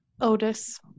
Otis